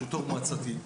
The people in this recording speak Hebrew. שזה תוך-מועצתי.